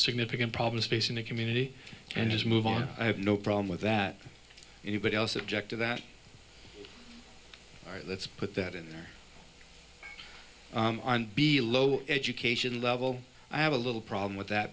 significant problems facing the community and just move on i have no problem with that anybody else object to that all right let's put that in there and be lower education level i have a little problem with that